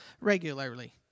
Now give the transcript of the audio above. regularly